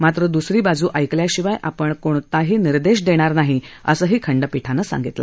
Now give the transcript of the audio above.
मात्र दुसरी बाजू ऐकल्याशिवाय आपण कोणताही निर्देश देणार नाही असंही खंडपीठानं सांगितलं